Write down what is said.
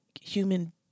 human